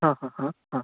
हां हां हां हां